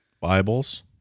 Bibles